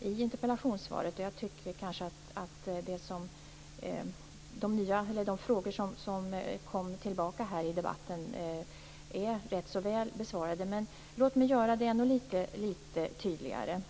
i interpellationssvaret. Jag tycker att de frågor som ställdes i debatten är väl besvarade. Men låt mig göra det hela ännu litet tydligare.